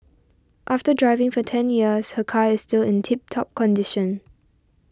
after driving for ten years her car is still in tip top condition